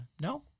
No